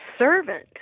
servant